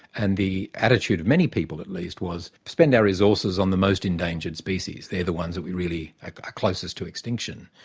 and the attitude of many people at least was, spend our resources on the most endangered species, they're the ones that we're really, like are closest to extinction.